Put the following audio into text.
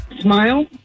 Smile